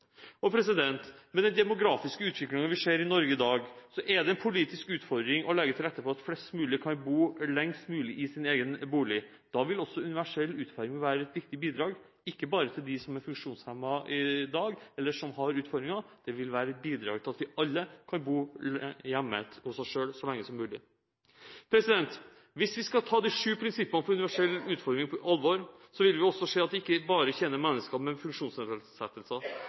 små leiligheter. Med den demografiske utviklingen vi ser i Norge i dag, er det en politisk utfordring å legge til rette for at flest mulig kan bo lengst mulig i sin egen bolig. Da vil også universell utforming være et viktig bidrag, ikke bare til dem som er funksjonshemmet i dag, eller som har utfordringer på annen måte, det vil også bidra til at vi alle kan bo hjemme hos oss selv så lenge som mulig. Hvis vi skal ta de syv prinsippene for universell utforming på alvor, vil vi også se at det ikke bare tjener mennesker med funksjonsnedsettelser.